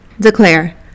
Declare